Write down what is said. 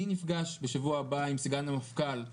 אני נפגש בשבוע הבא עם סגן המפכ"ל,